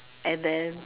and then